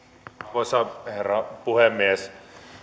arvoisa herra puhemies